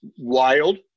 wild